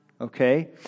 Okay